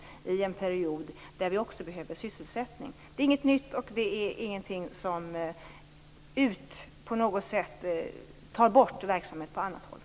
Detta är också en period där det behövs sysselsättning. Det är inget nytt, och det är inget som tar bort verksamhet på annat håll.